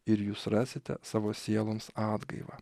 ir jūs rasite savo sieloms atgaivą